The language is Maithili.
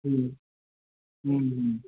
हूँ हूँ हूँ